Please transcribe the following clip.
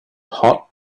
hot